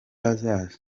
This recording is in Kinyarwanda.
hazaza